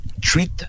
treat